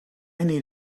need